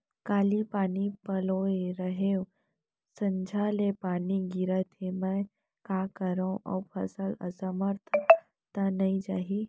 काली पानी पलोय रहेंव, संझा ले पानी गिरत हे, मैं का करंव अऊ फसल असमर्थ त नई जाही?